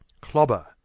Clobber